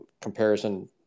comparison